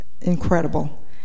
incredible